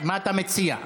מה הוא מציע?